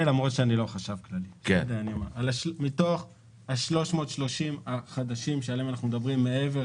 מתוך 330 מיליון